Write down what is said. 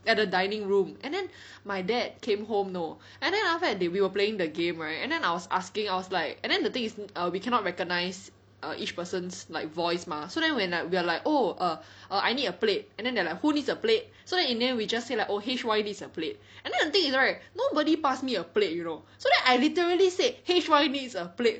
at the dining room and then my dad came home know and then after that they we were playing the game right and then I was asking I was like and then the thing is err we cannot recognise err each person's like voice mah so then when we are like oh err err I need a plate and then they are like who needs a plate so in the end we just say like oh H Y needs a plate and then the thing is right nobody passed me a plate you know so then I literally say H Y needs a plate